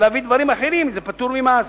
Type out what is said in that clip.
להביא דברים אחרים, זה פטור ממס.